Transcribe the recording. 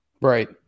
Right